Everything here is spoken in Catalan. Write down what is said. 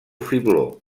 fibló